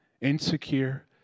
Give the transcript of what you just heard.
insecure